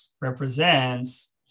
represents